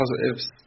positives